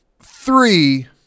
three